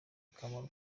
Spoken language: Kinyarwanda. akamaro